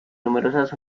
numerosas